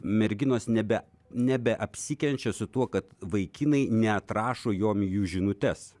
merginos nebe nebeapsikenčia su tuo kad vaikinai neatrašo jom į jų žinutes